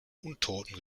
untoten